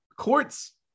court's